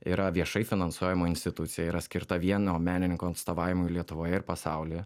yra viešai finansuojama institucija yra skirta vieno menininko atstovavimui lietuvoje ir pasaulyje